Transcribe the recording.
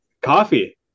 Coffee